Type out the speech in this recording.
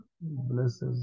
blesses